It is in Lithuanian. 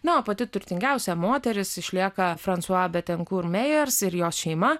na o pati turtingiausia moteris išlieka fransua betenkur mejers ir jos šeima